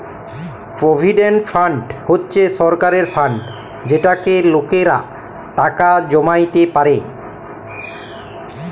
provident fund হছে সরকারের fund যেটতে লকেরা টাকা জমাইতে পারে